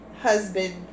husband